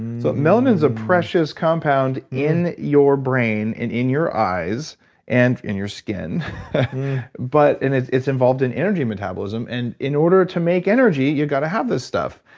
so melanin's a precious compound in your brain and in your eyes and in your skin but. and it's it's involved in energy metabolism. and in order to make energy you gotta have this stuff.